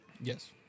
Yes